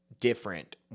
different